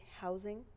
housing